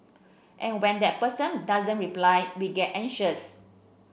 and when that person doesn't reply we get anxious